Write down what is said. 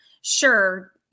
Sure